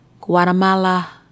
Guatemala